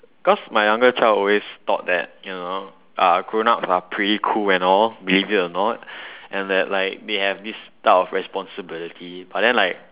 because my younger child always thought that you know uh grownups are pretty cool and all believe it or not and that like they have like this type of responsibility but then like